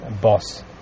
boss